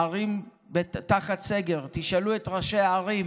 ערים תחת סגר, תשאלו את ראשי הערים